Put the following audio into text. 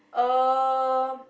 um